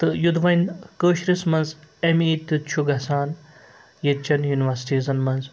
تہٕ یوٚد وۄنۍ کٲشرِس منٛز اٮ۪م اے چھُ گژھان ییٚتہِ چٮ۪ن یونیورسِٹیٖزَن منٛز